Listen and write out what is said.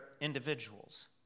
individuals